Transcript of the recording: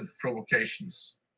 provocations